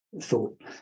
thought